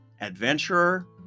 adventurer